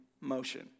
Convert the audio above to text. motion